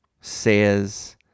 says